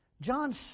John